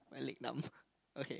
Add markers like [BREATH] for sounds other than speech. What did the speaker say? my leg numb [BREATH] okay